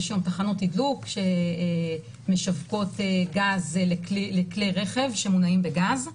יש היום תחנות תדלוק שמשווקות גז לכלי רכב שמונעים בגז.